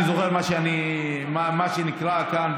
אני זוכר את מה שנקרא כאן,